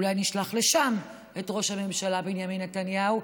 אולי נשלח לשם את ראש הממשלה בנימין נתניהו,